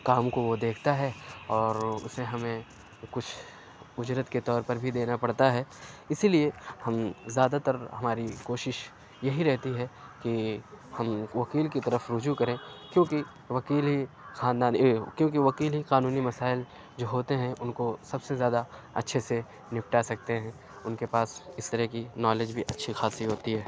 کام کو وہ دیکھتا ہے اور اسے ہمیں کچھ اجرت کے طور پر بھی دینا پڑتا ہے اسی لیے ہم زیادہ تر ہماری کوشش یہی رہتی ہے کہ ہم وکیل کی طرف رجوع کریں کیونکہ وکیل ہی خاندان کیونکہ وکیل ہی قانونی مسائل جو ہوتے ہیں ان کو سب سے زیادہ اچھے سے نپٹا سکتے ہیں ان کے پاس اس طرح کی نالج بھی اچھی خاصی ہوتی ہے